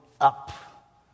up